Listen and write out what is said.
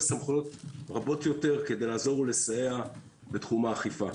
סמכויות רבות יותר כדי לסייע בתחום האכיפה.